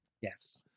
Yes